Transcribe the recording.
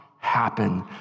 happen